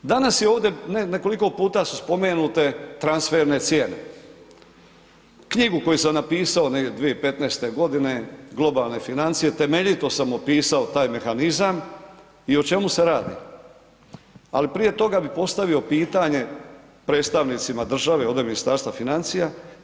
Danas je ovdje, nekoliko puta su spomenute transferne cijene, knjigu koju sam napisao negdje 2015. godine, Globalne financije, temeljito sam opisao taj mehanizam i o čemu se radi, ali prije toga bih postavio pitanje predstavnicima države ovde Ministarstva financija.